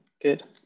good